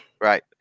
Right